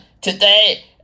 today